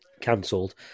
cancelled